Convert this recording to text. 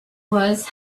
was